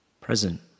present